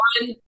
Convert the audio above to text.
one